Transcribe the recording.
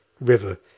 River